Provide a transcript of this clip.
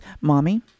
mommy